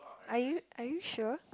are you are you sure